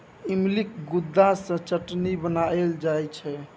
इमलीक गुद्दा सँ चटनी बनाएल जाइ छै